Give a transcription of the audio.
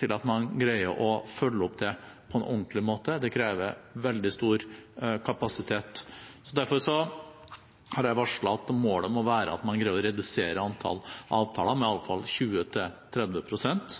til at man greier å følge det opp på en ordentlig måte. Det krever veldig stor kapasitet. Derfor har jeg varslet at målet må være at man greier å redusere antall avtaler med